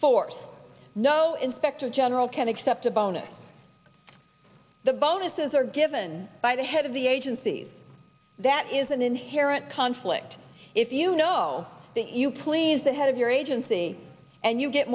force no inspector general can accept a bonus the bonuses are given by the head of the agency that is an inherent conflict if you know that you please the head of your age unsee and you get